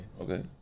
Okay